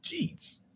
Jeez